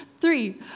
Three